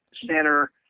center